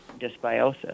dysbiosis